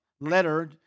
letter